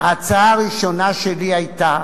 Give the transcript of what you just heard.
ההצעה הראשונה שלי היתה: